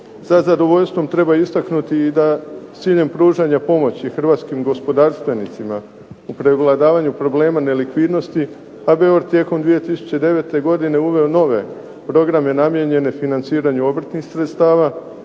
Sa zadovoljstvom treba istaknuti da s ciljem pružanja pomoći Hrvatskim gospodarstvenicima u prevladavanju problema nelikvidnosti, HBOR je 2009. godine uveo nove programe namijenjene financiranju obrtnih sredstava